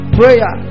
prayer